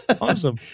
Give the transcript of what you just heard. Awesome